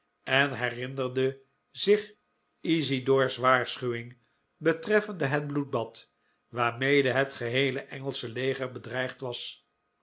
en herinnerde zich isidor's waarschuwing betreffende het bloedblad waarmede het geheele engelsche leger bedreigd was